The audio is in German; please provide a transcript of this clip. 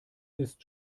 ist